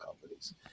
companies